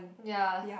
ya